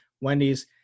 Wendy's